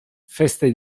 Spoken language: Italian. feste